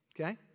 Okay